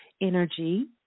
energy